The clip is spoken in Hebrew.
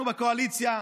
אנחנו בקואליציה,